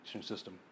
system